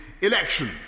election